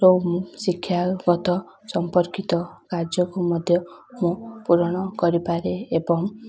ଓ ଶିକ୍ଷାଗତ ସମ୍ପର୍କିତ କାର୍ଯ୍ୟକୁ ମଧ୍ୟ ମୁଁ ପୂରଣ କରିପାରେ ଏବଂ